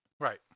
right